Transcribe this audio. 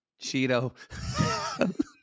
Cheeto